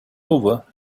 over